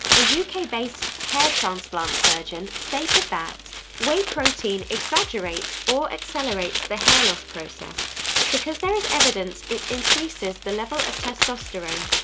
a uk-based hair transplant surgeon stated that, whey protein exaggerates or accelerates the hair loss process because there is evidence it increases the level of testosterone,